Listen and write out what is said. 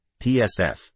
psf